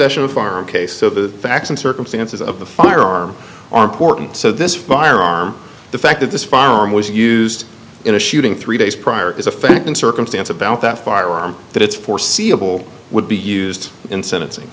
a farm case so the facts and circumstances of the firearm are important so this firearm the fact that this firearm was used in a shooting three days prior is a fact and circumstance about that firearm that it's foreseeable would be used in sentencing